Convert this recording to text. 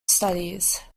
studies